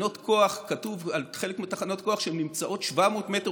כתוב שחלק מתחנות הכוח נמצאות 700 מטר